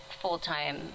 full-time